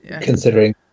Considering